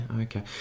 okay